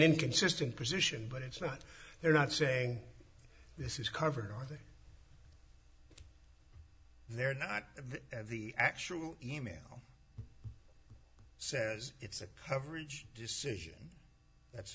inconsistent position but it's not they're not saying this is covered i think they're not the actual email says it's a coverage decision that's